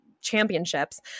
championships